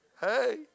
Hey